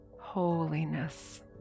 holiness